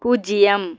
பூஜ்யம்